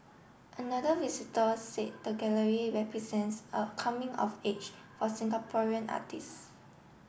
another visitor said the gallery represents a coming of age for Singaporean artists